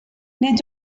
nid